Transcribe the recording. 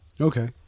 okay